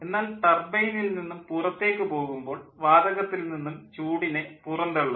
എന്നാൽ ടർബൈനിൽ നിന്നും പുറത്തേക്ക് പോകുമ്പോൾ വാതകത്തിൽ നിന്നും ചൂടിനെ പുറന്തള്ളുന്നു